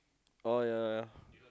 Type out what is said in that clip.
oh ya ya